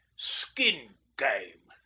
skin game!